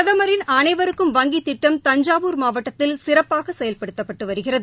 பிரதமின் அனைவருக்கும் வங்கித் திட்டம் தஞ்சாவூர் மாவட்டத்திலர் சிறப்பாக செயல்படுத்தப்பட்டு வருகிறது